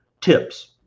tips